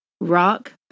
Rock